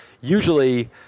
usually